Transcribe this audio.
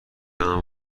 کنم